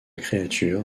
créature